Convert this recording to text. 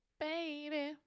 baby